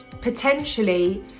potentially